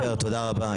עופר, תודה רבה.